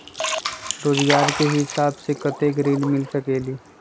रोजगार के हिसाब से कतेक ऋण मिल सकेलि?